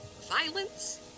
violence